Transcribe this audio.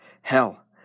Hell